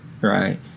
right